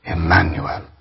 Emmanuel